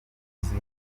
uzi